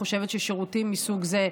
וחושבת ששירותים מסוג זה,